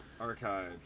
Archive